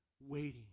waiting